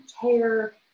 care